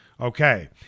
Okay